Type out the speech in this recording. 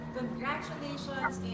Congratulations